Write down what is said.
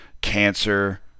cancer